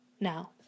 now